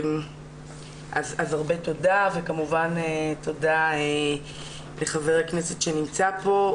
אז הרבה תודה, ותודה לחבר הכנסת שנמצא פה.